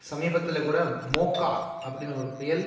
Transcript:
சமீபத்தில் கூட மோக்கா அப்படின்னு ஒரு புயல்